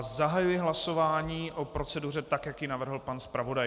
Zahajuji hlasování o proceduře, jak ji navrhl pan zpravodaj.